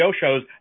shows